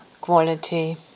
quality